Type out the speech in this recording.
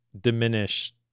diminish